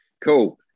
cool